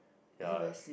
ya